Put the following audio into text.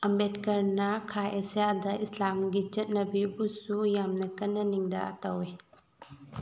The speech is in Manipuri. ꯑꯝꯕꯦꯗꯀꯔꯅ ꯈꯥ ꯑꯦꯁꯤꯌꯥꯗ ꯏꯁꯂꯥꯝꯒꯤ ꯆꯠꯅꯕꯤꯕꯨꯁꯨ ꯌꯥꯝꯅ ꯀꯟꯅ ꯅꯤꯡꯗꯥ ꯇꯧꯋꯤ